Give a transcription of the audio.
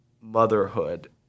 motherhood